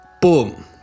boom